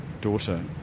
daughter